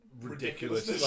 ridiculous